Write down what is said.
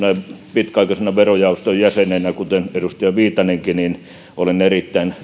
pitkäaikaisena verojaoston jäsenenä kuten edustaja viitanenkin on suhtaudun erittäin